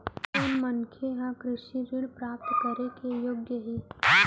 कोन मनखे ह कृषि ऋण प्राप्त करे के योग्य हे?